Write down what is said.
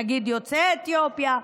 נגיד של יוצאי אתיופיה,